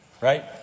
Right